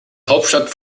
hauptstadt